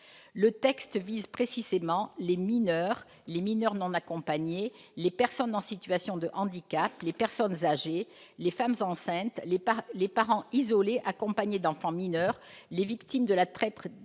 Le texte vise précisément « les mineurs, les mineurs non accompagnés, les personnes en situation de handicap, les personnes âgées, les femmes enceintes, les parents isolés accompagnés d'enfants mineurs, les victimes de la traite des êtres